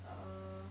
uh